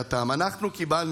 נכון,